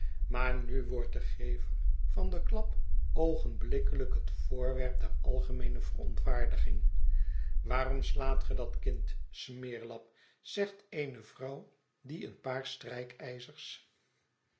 maar nu wordt de gever van den klap oogenblikkelyk het voorwerp der algemeene verontwaardiging waarom slaat ge dat kind smeerlap zegt eene vrouw die een paar